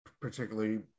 particularly